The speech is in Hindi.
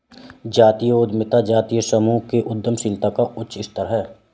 जातीय उद्यमिता जातीय समूहों के उद्यमशीलता का उच्च स्तर है